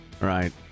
Right